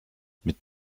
mit